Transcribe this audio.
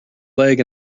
leg